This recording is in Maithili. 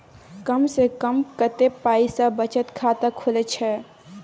कम से कम कत्ते पाई सं बचत खाता खुले छै?